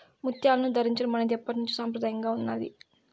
ముత్యాలను ధరించడం అనేది ఎప్పట్నుంచో సంప్రదాయంగా ఉన్నాది